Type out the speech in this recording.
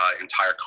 entire